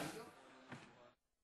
16